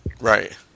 right